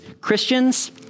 Christians